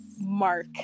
mark